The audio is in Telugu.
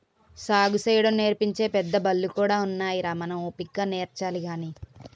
సాగుసేయడం నేర్పించే పెద్దబళ్ళు కూడా ఉన్నాయిరా మనం ఓపిగ్గా నేర్చాలి గాని